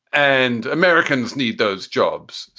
and americans need those jobs.